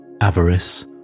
Avarice